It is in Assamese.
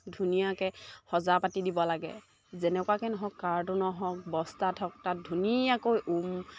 ধুনীয়াকৈ সজা পাতি দিব লাগে যেনেকুৱাকৈ নহওক কাৰ্টুনত হওক বস্তাত হওক তাত ধুনীয়াকৈ উম